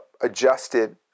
adjusted